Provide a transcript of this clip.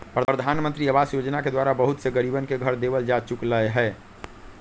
प्रधानमंत्री आवास योजना के द्वारा बहुत से गरीबन के घर देवल जा चुक लय है